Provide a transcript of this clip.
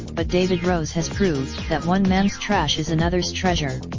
but david rose has proved that one mans trash is anothers treasure.